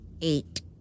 Eight